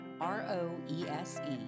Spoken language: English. R-O-E-S-E